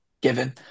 given